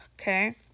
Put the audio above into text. okay